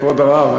כבוד הרב,